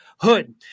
Hood